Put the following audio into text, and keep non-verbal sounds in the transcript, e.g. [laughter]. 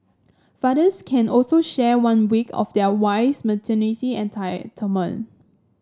fathers can also share one week of their wife's maternity entire [unintelligible]